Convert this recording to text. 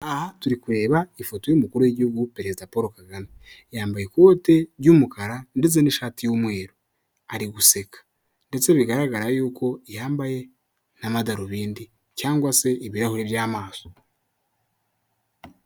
Aha turi kureba ifoto y'umukuru w'igihugu perezida Paul Kagame, yambaye ikote ry'umukara ndetse n'ishati y'umweru, ari guseka ndetse bigaragara yuko yambaye n'amadarubindi cyangwa se ibirahuri by'amaso.